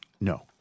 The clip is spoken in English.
No